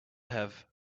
have